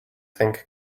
think